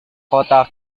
kotak